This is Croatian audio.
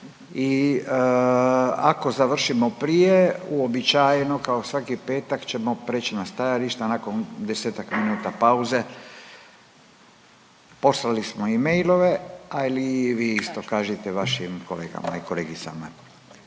i ako završimo prije uobičajeno kao svaki petak ćemo preći na stajališta nakon 10-ak minuta pauze. Poslali smo emailove ali i vi isto kažite vašim kolegama i kolegicama.